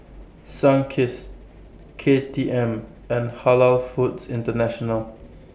Sunkist K T M and Halal Foods International